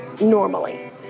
normally